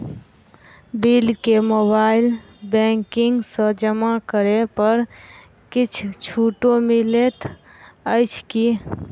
Bill केँ mobile banking सँ जमा करै पर किछ छुटो मिलैत अछि की?